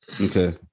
Okay